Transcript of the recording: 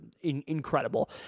incredible